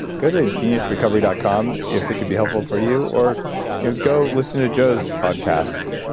go to geniusrecovery dot com, if it could be helpful for you, or you go listen to joe's podcast,